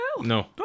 No